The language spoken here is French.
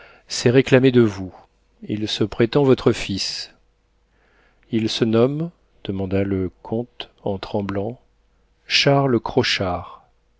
s'est réclamé de vous il se prétend votre fils il se nomme demanda le comte en tremblant charles crochard